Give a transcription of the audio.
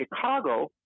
Chicago